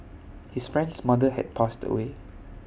his friend's mother had passed away